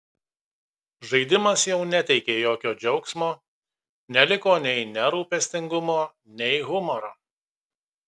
žaidimas jau neteikė jokio džiaugsmo neliko nei nerūpestingumo nei humoro